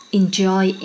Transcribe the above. enjoy